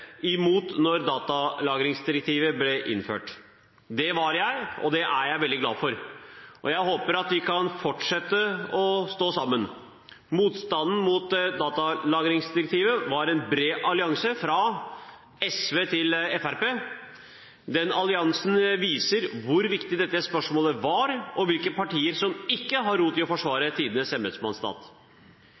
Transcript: imot da datalagringsdirektivet ble innført. Det var og er jeg veldig glad for. Jeg håper vi kan fortsette å stå sammen. Motstanden mot datalagringsdirektivet var en bred allianse, fra SV til Fremskrittspartiet. Den alliansen viser hvor viktig dette spørsmålet var, og hvilke partier som ikke har rot i å forsvare tidenes embetsmannsstat.